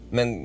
Men